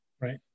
right